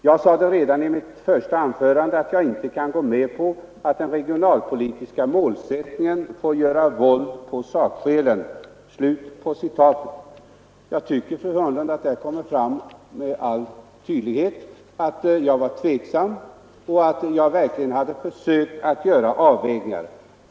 Jag sade redan i mitt första anförande att jag inte kan gå med på att den regionalpolitiska målsättningen får göra våld på sakskälen.” Jag tycker, fru Hörnlund, att där kommer fram med all tydlighet att jag var tveksam och att jag verkligen hade försökt göra avvägningar.